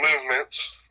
movements